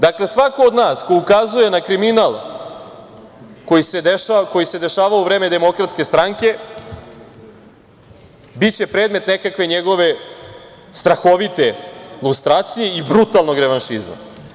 Dakle, svako od nas ko ukazuje na kriminal koji se dešavao u vreme Demokratske stranke, biće predmet nekakve njegove strahovite lustracije i brutalnog revanšizma.